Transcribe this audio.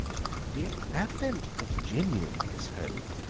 the advent of the genuine miss hope,